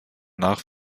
nach